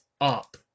up